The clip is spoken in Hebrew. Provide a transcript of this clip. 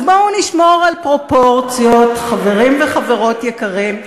אז בואו נשמור על פרופורציות, חברים וחברות יקרים.